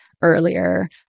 earlier